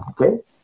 Okay